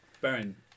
Baron